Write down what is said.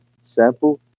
sample